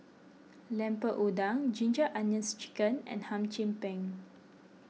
Lemper Udang Ginger Onions Chicken and Hum Chim Peng